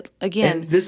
again